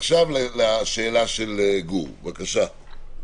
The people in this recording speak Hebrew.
עכשיו לשאלה של גור, בבקשה.